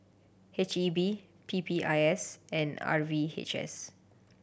H E B P P I S and R V H S